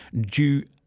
due